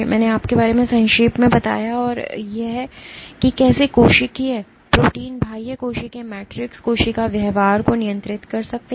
मैंने आपके बारे में संक्षेप में बताया है कि कैसे कोशिकीय प्रोटीन बाह्यकोशिकीय मैट्रिक्स कोशिका व्यवहार को नियंत्रित कर सकते हैं